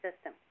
system